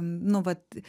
nu vat